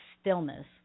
stillness